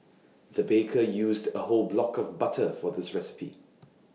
the baker used A whole block of butter for this recipe